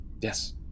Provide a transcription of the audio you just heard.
Yes